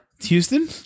Houston